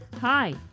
Hi